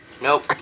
Nope